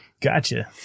Gotcha